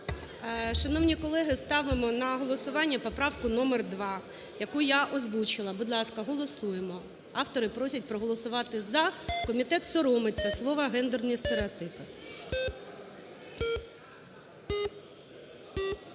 Шановні колеги, ставимо на голосування поправку номер 2, яку я озвучила. Будь ласка, голосуємо, автори просять проголосувати "за", комітет соромиться слова "гендерні стереотипи".